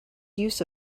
use